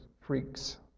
Freaks